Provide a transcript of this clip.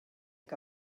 que